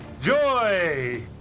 Joy